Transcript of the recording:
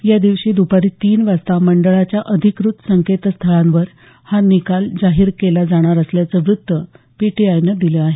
या दिवशी दुपारी तीन वाजता मंडळाच्या अधिकृत संकेतस्थळांवर हा निकाल जाहीर केला जाणार असल्याचं व्त्त पीटीआयनं दिलं आहे